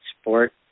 sport